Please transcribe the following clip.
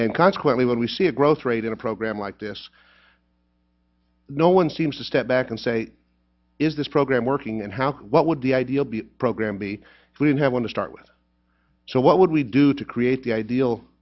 and consequently when we see a growth rate in a program like this no one seems to step back and say is this program working and how what would the ideal the program be if we didn't have want to start with so what would we do to create the